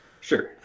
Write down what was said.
Sure